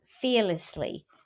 fearlessly